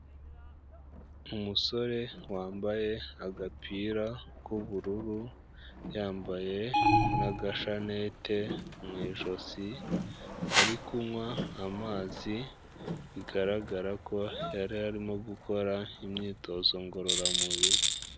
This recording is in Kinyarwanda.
Umusore wambaye agapira k'ubururu, yambaye na gashanete mu ijosi, ari kunywa amazi, bigaragara ko yari arimo gukora imyitozo ngororamubiri.